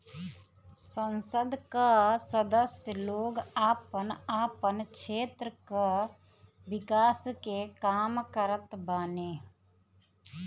संसद कअ सदस्य लोग आपन आपन क्षेत्र कअ विकास के काम करत बाने